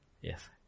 Yes